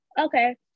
Okay